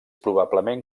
probablement